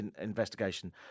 investigation